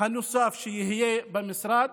הנוסף שיהיה במשרד,